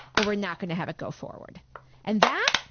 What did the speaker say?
or we're not gonna have it go forward and that,